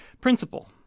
Principle